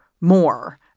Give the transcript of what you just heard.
more